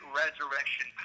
resurrection